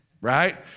right